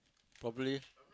probably